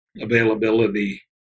availability